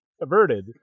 averted